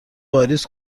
واریز